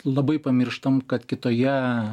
labai pamirštam kad kitoje